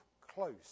close